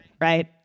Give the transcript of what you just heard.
Right